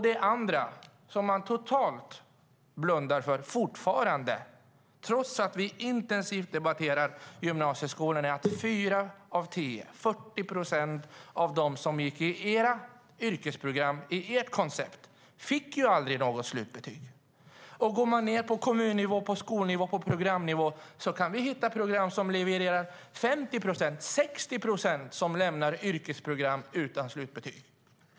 Det andra är att fyra av tio - 40 procent - av dem som gick i era yrkesprogram i ert koncept aldrig fick något slutbetyg. Det blundar ni totalt för fortfarande, trots att vi debatterar gymnasieskolan intensivt. Om man går ned på kommun-, skol och programnivå kan man hitta yrkesprogram där 50 eller 60 procent av eleverna inte får slutbetyg.